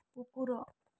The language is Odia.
କୁକୁର